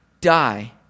die